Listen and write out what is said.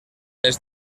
les